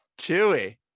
chewy